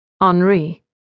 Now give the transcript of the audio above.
Henri